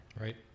right